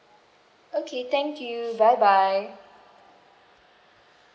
okay thank you bye bye